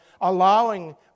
allowing